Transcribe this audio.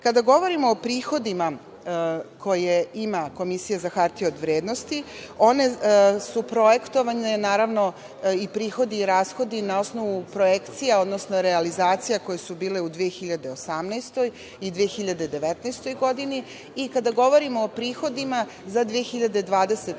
govorimo o prihodima koje ima Komisija za hartije od vrednosti, one su projektovane i prihodi i rashodi na osnovu projekcija, odnosno realizacija koje su bile u 2018. godini i 2019. godini. Kada govorimo o prihodima za 2020.